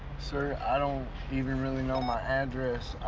sir, i don't even really know my address.